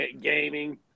gaming